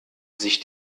sich